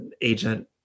agent